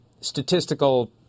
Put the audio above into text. statistical